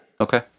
Okay